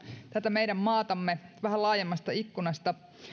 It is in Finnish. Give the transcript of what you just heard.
tätä meidän maatamme maailmalta vähän laajemmasta ikkunasta